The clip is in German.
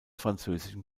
französischen